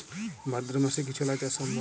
ভাদ্র মাসে কি ছোলা চাষ সম্ভব?